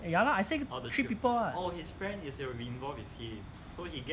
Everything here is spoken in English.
eh ya lah I said three people [what]